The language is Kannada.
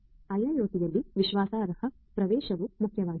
ಆದ್ದರಿಂದ IIoT ಯಲ್ಲಿ ವಿಶ್ವಾಸಾರ್ಹ ಪ್ರವೇಶವು ಮುಖ್ಯವಾಗಿದೆ